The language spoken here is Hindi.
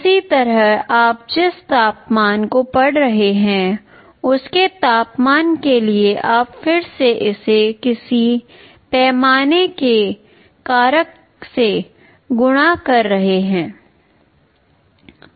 इसी तरह आप जिस तापमान को पढ़ रहे हैं उसके तापमान के लिए आप फिर से इसे किसी पैमाने के कारक से गुणा कर रहे हैं